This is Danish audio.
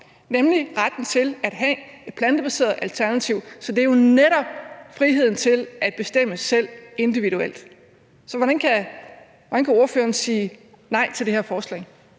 nemlig retten til at have et plantebaseret alternativ. Så det er jo netop friheden til at bestemme selv, individuelt. Så hvordan kan ordføreren sige nej til det her forslag?